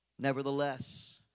Nevertheless